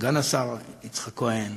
סגן השר יצחק כהן